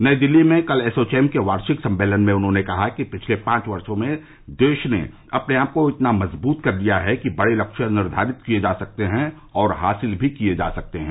नई दिल्ली में कल एसोवैम के वार्षिक सम्मेलन में उन्होंने कहा कि पिछले पांच वर्ष मे देश ने अपने आप को इतना मजबूत कर लिया है कि बड़े लक्ष्य निर्धारित किये जा सकते हैं और हासिल भी किये जा सकते हैं